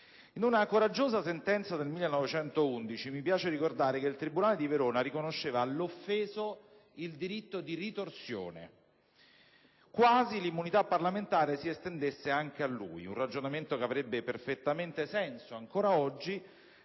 In una coraggiosa sentenza del 1911, mi piace ricordare, il tribunale di Verona ebbe a riconoscere all'offeso il diritto di ritorsione, quasi l'immunità parlamentare si estendesse anche a lui. Un ragionamento che avrebbe perfettamente senso ancora oggi,